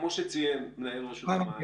כמו שציין מנהל רשות המים,